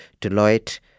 Deloitte